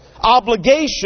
obligation